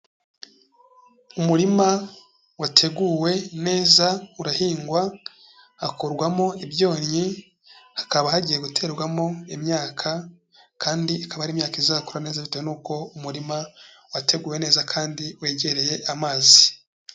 Umurima wateguwe neza urahingwa hakurwamo ibyonnyi, hakaba hagiye guterwamo imyaka kandi ikaba ari imyaka izakura neza bitewe nuko umurima wateguwe neza kandi wegereye amazi.